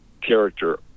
character